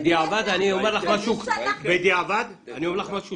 בדיעבד, אני אגיד לך משהו